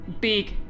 big